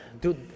dude